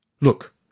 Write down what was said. look